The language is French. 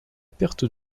perte